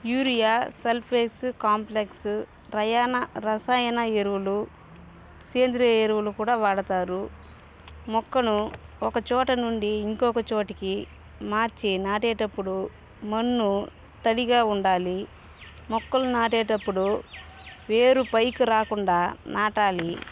urea sulphate complex ట్రయాన రసాయన ఎరువులు సేంద్రియ ఎరువులు కూడా వాడతారు మొక్కను ఒకచోట నుండి ఇంకొక చోటికి మార్చి నాటేటప్పుడు మన్ను తడిగా ఉండాలి మొక్కలు నాటేటప్పుడు వేరు పైకి రాకుండా నాటాలి